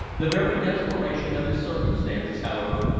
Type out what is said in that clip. the very desperation of his circumstances, however,